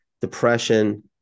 depression